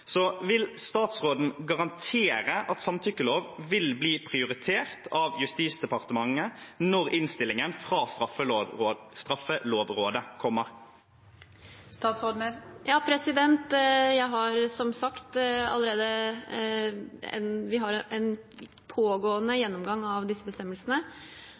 Vil statsråden garantere at en samtykkelov vil bli prioritert av Justis- og beredskapsdepartementet når innstillingen fra Straffelovrådet kommer? Ja, det pågår som sagt allerede en gjennomgang av disse bestemmelsene. Så må vi